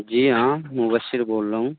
جی ہاں مبشر بول رہا ہوں